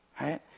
right